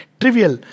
trivial